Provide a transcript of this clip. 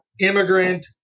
immigrant